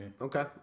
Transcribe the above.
Okay